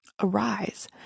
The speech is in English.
arise